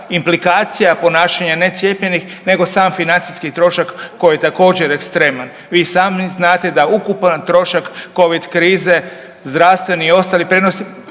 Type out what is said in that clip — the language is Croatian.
implikacija ponašanja necijepljenih nego sam financijski trošak koji je također ekstreman. Vi sami znate da ukupan trošak covid krize zdravstvenim i ostali prelaze